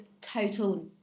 total